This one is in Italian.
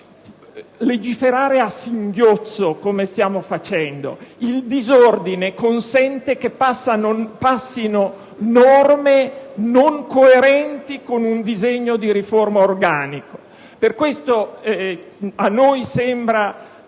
legiferare a singhiozzo come stiamo facendo? Il disordine consente che passino norme non coerenti con un disegno di riforma organica. Per questo ci sembra